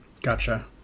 Gotcha